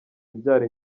ibyara